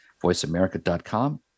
VoiceAmerica.com